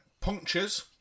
punctures